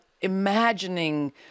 imagining